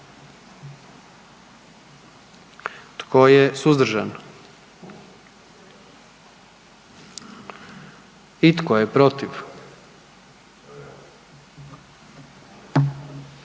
Tko je suzdržan? I tko je protiv?